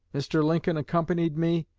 mr. lincoln accompanied me,